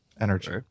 energy